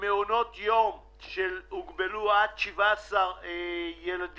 במעונות יום שהוגבלו עד 17 ילדים